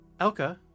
Elka